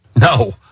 No